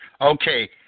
Okay